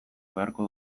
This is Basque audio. beharko